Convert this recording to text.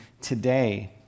today